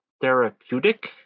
therapeutic